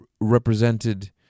represented